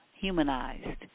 humanized